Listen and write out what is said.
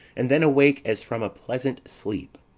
and then awake as from a pleasant sleep.